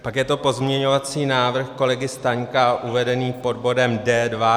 Pak je to pozměňovací návrh kolegy Staňka uvedený pod bodem D2.